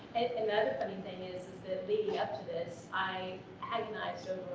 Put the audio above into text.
and that leading up to this, i agonized